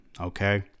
okay